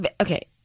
Okay